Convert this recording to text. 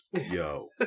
yo